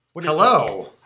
Hello